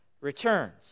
returns